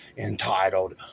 entitled